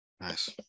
Nice